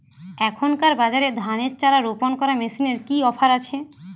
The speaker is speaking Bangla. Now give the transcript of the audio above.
এখনকার বাজারে ধানের চারা রোপন করা মেশিনের কি অফার আছে?